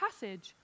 passage